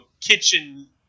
kitchen